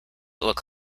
look